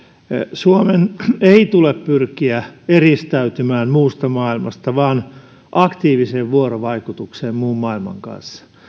suomen ei tule pyrkiä eristäytymään muusta maailmasta vaan aktiiviseen vuorovaikutukseen muun maailman kanssa